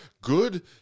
good